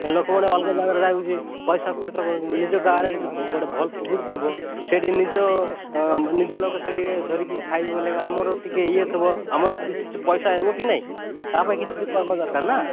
ଲୋକମାନେ ଅଲଗା ଜାଗାରେ ଯାହା କିଛି ପଇସା ଖର୍ଚ୍ଚ ନିଜ ଗାଁ ରେ ଯଦି ଗୁଟେ ଭଲ ପୋଖରୀ ଥିବ ସେଇଠି ନିଜ ନିଜ ଲୋକ ସେଇଠି ଧରିକି ଖାଇବେ ବୋଲି କା ଆମର ଟିକେ ଇଏ ଥିବ ଆମର କିଛି ପଇସା ହେବ କି ନାଇଁ ତା ପାଇଁ କିଛି ବି କରିବା ଦରକାର ନା